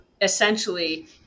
essentially